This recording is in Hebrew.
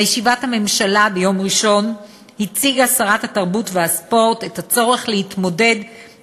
בישיבת הממשלה ביום ראשון הציגה שרת התרבות והספורט את הצורך בהתמודדות